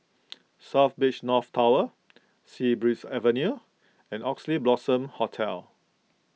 South Beach North Tower Sea Breeze Avenue and Oxley Blossom Hotel